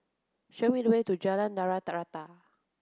show me the way to Jalan Tanah Rata